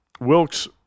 Wilkes